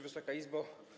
Wysoka Izbo!